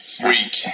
Freak